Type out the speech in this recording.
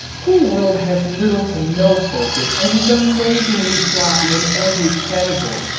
cool world has little to no focus, and is amazingly sloppy in every category.